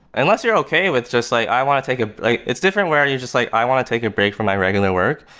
unless you're okay with just like, i want to take a a it's different where you're just like, i want to take a break from my regular work.